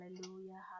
hallelujah